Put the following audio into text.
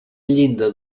llinda